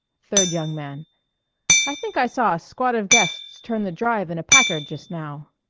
third young man i think i saw a squad of guests turn the drive in a packard just now.